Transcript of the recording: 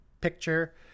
picture